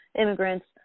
immigrants